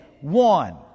one